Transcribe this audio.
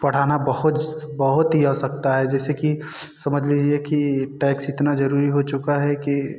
पढ़ाना बहुत बहुत ही आवश्यकता है जैसे कि समझ लीजिए कि टैक्स इतना ज़रूरी हो चुका है कि